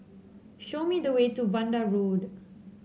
show me the way to Vanda Road